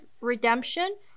redemption